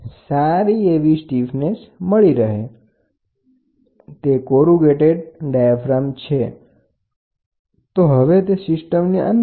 તો ચાલો આપણે શુ કરીએ તેને સિસ્ટમની અંદર મૂકો અને બંધ કરી દો અહીંથી અને અહીંથી બરાબર